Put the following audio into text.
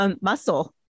muscle